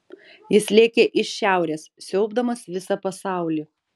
jis lėkė iš šiaurės siaubdamas visą pasaulį